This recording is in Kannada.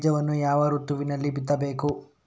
ಬೀಜವನ್ನು ಯಾವ ಋತುವಿನಲ್ಲಿ ಬಿತ್ತಬೇಕು?